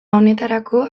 honetarako